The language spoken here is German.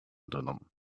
unternommen